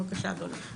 בבקשה, אדוני.